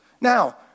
Now